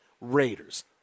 Raiders